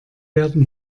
werden